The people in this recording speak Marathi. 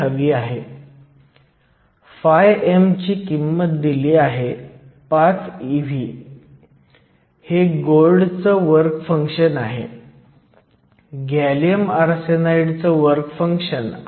ही संख्या पुन्हा तुमच्या फॉरवर्ड बायस्ड करंटपेक्षा खूपच लहान आहे जी मिली एम्प्सच्या प्रमाणे आहे